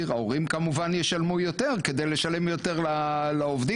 ההורים כמובן ישלמו יותר כדי לשלם יותר לעובדים,